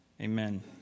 Amen